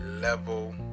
level